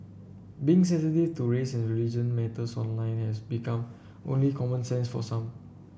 being sensitive to race and religion matters online has become only common sense for some